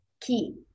key